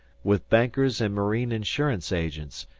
with bankers and marine-insurance agents,